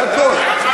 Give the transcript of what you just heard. זה הכול.